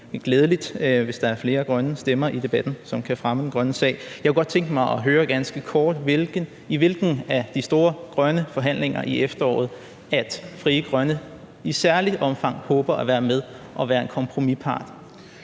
glædeligt, hvis der er flere grønne stemmer i debatten, som kan fremme den grønne sag. Jeg kunne godt tænke mig at høre ganske kort, i hvilken af de store grønne forhandlinger i efteråret Frie Grønne i særligt omfang håber at være med og være en kompromispart.